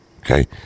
Okay